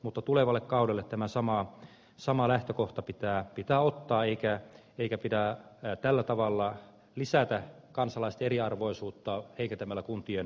mutta tulevalle kaudelle tämä sama lähtökohta pitää ottaa eikä pidä tällä tavalla lisätä kansalaisten eriarvoisuutta heikentämällä kuntien tulopohjaa